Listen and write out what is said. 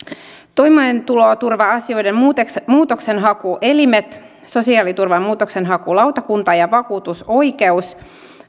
toimeentuloturva asioiden muutoksenhakuelimet sosiaaliturvan muutoksenhakulautakunta ja vakuutusoikeus